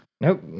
Nope